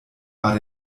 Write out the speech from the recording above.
war